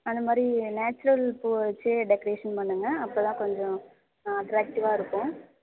அந்தமாதிரி நேச்சுரல் பூவை வச்சே டெக்கரேஷன் பண்ணுங்க அப்போ தான் கொஞ்சம் அட்ராக்ட்டிவாக இருக்கும்